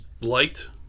liked